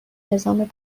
نظام